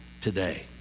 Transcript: today